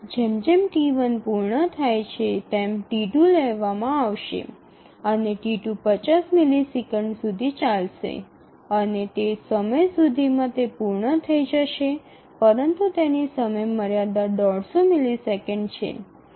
જેમ જેમ T1 પૂર્ણ થાય છે તેમ T2 લેવામાં આવશે અને T2 ૫0 મિલિસેકંડ સુધી ચાલશે અને તે સમય સુધીમાં તે પૂર્ણ થઈ જશે પરંતુ તેની સમયમર્યાદા ૧૫0 મિલિસેકંડ છે